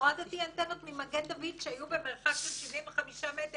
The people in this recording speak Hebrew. הורדתי אנטנות ממגן דוד כשהיו במרחק של 75 מטר